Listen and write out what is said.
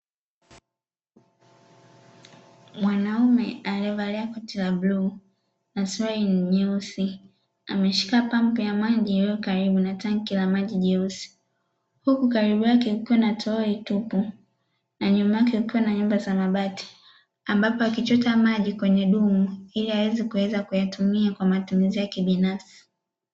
Mwanaume aliyevalia koti la bluu na suruali nyeusi, ameshika pampu ya maji iliyo karibu na tanki la maji jeusi, huku katika pembeni yake kukiwa na toroli tupu, na nyuma yake kukiwa na nyumba za mabati, ambapo akiweza kuchota maji kwenye dumu, ili aweze kutumia maji kwa matumizi yake binafsi.